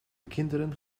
kinderen